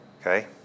Okay